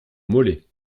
mollet